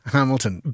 Hamilton